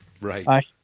Right